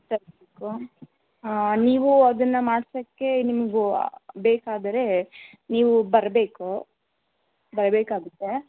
ತರಬೇಕು ನೀವು ಅದನ್ನು ಮಾಡಿಸೋಕ್ಕೆ ನಿಮಗೂ ಬೇಕಾದರೆ ನೀವು ಬರಬೇಕು ಬರಬೇಕಾಗತ್ತೆ